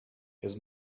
his